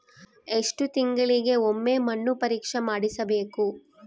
ಎಷ್ಟು ತಿಂಗಳಿಗೆ ಒಮ್ಮೆ ಮಣ್ಣು ಪರೇಕ್ಷೆ ಮಾಡಿಸಬೇಕು?